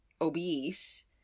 obese